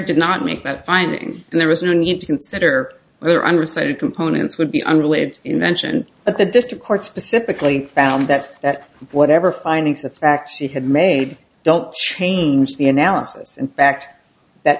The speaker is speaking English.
did not make that finding and there was no need to consider whether underside of components would be unrelated invention at the district court specifically found that that whatever findings of fact she had made don't change the analysis in fact that